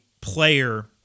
player